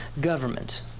government